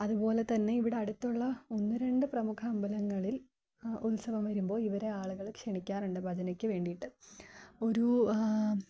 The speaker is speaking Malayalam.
അതുപോലെ തന്നെ ഇവിടെ അടുത്തുള്ള ഒന്ന് രണ്ട് പ്രമുഖ അമ്പലങ്ങളിൽ ഉത്സവം വരുമ്പോള് ഇവരെ ആളുകള് ക്ഷണിക്കാറുണ്ട് ഭജനയ്ക്ക് വേണ്ടിയിട്ട് ഒരു